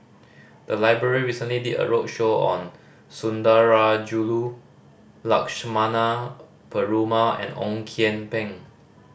the library recently did a roadshow on Sundarajulu Lakshmana Perumal and Ong Kian Peng